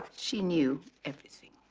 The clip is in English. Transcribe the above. she knew everything.